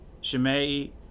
Shimei